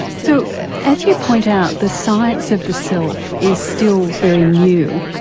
so as you point out, the science of the self is still very new.